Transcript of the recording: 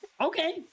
okay